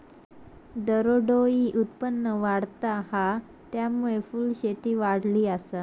दरडोई उत्पन्न वाढता हा, त्यामुळे फुलशेती वाढली आसा